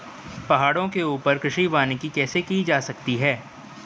पहाड़ों के ऊपर कृषि वानिकी कैसे की जा सकती है